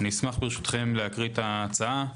אשמח ברשותכם להקריא את ההצעה,